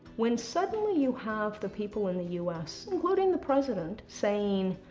when suddenly you have the people in the u s, including the president saying,